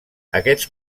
aquests